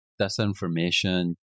disinformation